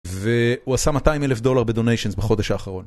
והוא עשה 200 אלף דולר בדוניישנס בחודש האחרון